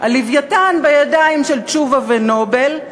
הלווייתן בידיים של תשובה ו"נובל",